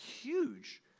huge